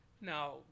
Now